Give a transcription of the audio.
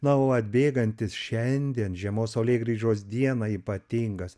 nuolat bėgantis šiandien žiemos saulėgrįžos dieną ypatingas